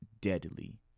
deadly